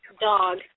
dog